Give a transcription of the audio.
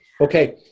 Okay